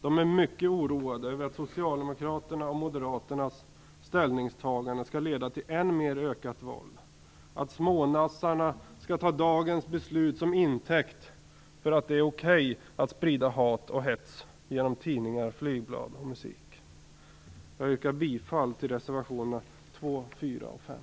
De är mycket oroade och fruktar att Socialdemokraternas och Moderaternas ställningstagande leder till ännu mera våld och att smånassarna skall ta dagens beslut till intäkt för att det är okej att sprida hat och hets genom tidningar, flygblad och musik. Jag yrkar bifall till reservationerna 2, 4 och 5.